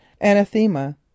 anathema